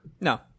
no